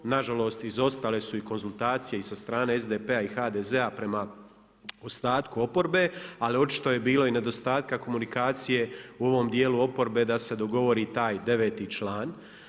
Nažalost izostale su i konzultacije i sa strane SDP-a i HDZ-a prema ostatku oporbe ali očito je bilo i nedostataka komunikacije u ovom djelu oporbe da se dogovori taj deveti član.